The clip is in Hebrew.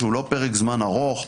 שהוא לא פרק זמן ארוך,